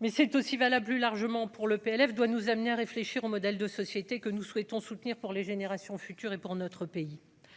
mais c'est aussi valable, plus largement, pour le PLF doit nous amener à réfléchir au modèle de société que nous souhaitons soutenir pour les générations futures et pour notre pays,